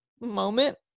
moment